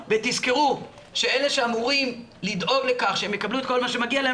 ותזכרו שאלה שאמורים לדאוג לכך שהם יקבלו את כל מה שמגיע להם,